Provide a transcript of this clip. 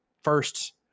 first